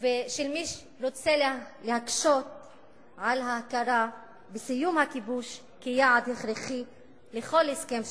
ושל מי שרוצה להקשות על ההכרה בסיום הכיבוש כיעד הכרחי לכל הסכם שלום.